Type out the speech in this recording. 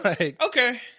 okay